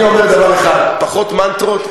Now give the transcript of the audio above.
אני אומר דבר אחד: פחות מנטרות,